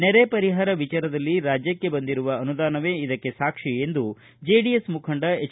ನೆರೆ ಪರಿಹಾರ ವಿಚಾರದಲ್ಲಿ ರಾಜ್ಯಕ್ಷೆ ಬಂದಿರುವ ಅನುದಾನವೇ ಇದಕ್ಕೆ ಸಾಕ್ಷಿ ಎಂದು ಜೆಡಿಎಸ್ ಮುಖಂಡ ಎಚ್